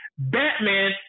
Batman